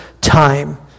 time